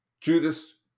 Judas